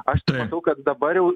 aš matau kad dabar jau